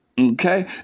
Okay